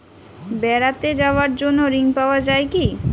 বেড়াতে যাওয়ার জন্য ঋণ পাওয়া যায় কি?